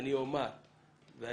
אשוב ואומר,